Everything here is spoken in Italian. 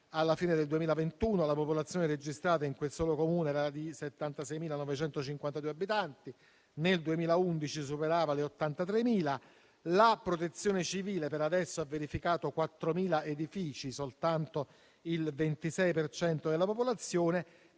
alla fine del 2021 la popolazione registrata in quel solo Comune era di 76.952 abitanti, nel 2011 superava gli 83.000. La Protezione civile per il momento ha verificato soltanto 4.000 edifici, relativi al 26 per cento della popolazione;